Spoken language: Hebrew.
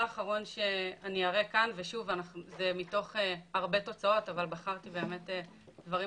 יש פחות טיפולים